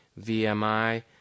VMI